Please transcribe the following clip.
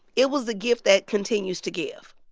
it was a gift that continues to give